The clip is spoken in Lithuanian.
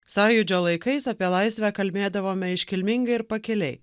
sąjūdžio laikais apie laisvę kalbėdavome iškilmingai ir pakiliai